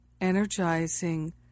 energizing